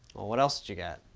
what else did you get?